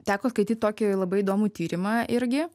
teko skaityt tokį labai įdomų tyrimą irgi